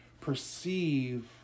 perceive